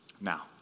Now